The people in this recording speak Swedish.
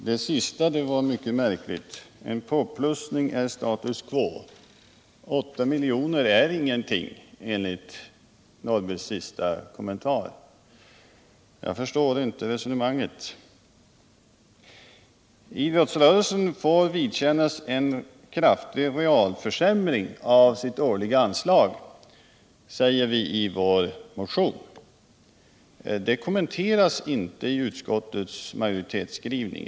Herr talman! Det sista var mycket märkligt, herr Norrby. En påplussning är status quo. 8 miljoner är ingenting enligt herr Norrbys senaste kommentar. Jag förstår inte resonemanget. Idrottsrörelsen får vidkännas en kraftig realförsämring av sitt årliga anslag, säger vi i vår motion. Det kommenteras inte i utskottets majoritetsskrivning.